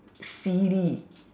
silly